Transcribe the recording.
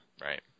Right